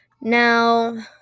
Now